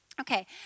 Okay